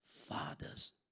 father's